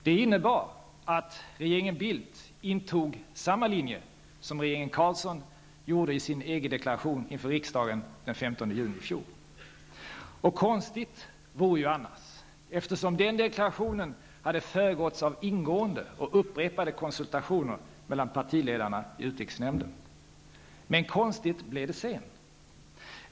Det innebar att regeringen Bildt intog samma linje som regeringen Carlsson gjorde i sin Det vore konstigt annars, eftersom den deklarationen hade föregåtts av ingående och upprepade konsultationer mellan partiledarna i utrikesnämnden. Men det blev konstigt sedan.